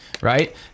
right